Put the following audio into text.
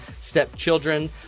stepchildren